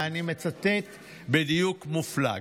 ואני מצטט בדיוק מופלג.